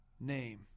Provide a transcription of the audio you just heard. name